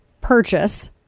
purchase